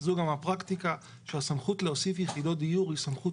זו גם הפרקטיקה שהסמכות להוסיף יחידות דיור היא סמכות